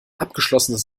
abgeschlossenes